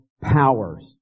powers